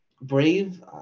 brave